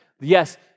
Yes